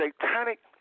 satanic